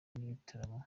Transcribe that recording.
n’igitaramo